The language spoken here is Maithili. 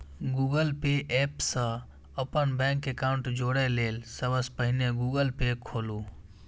गूगल पे एप सं अपन बैंक एकाउंट जोड़य लेल सबसं पहिने गूगल पे खोलू